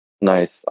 Nice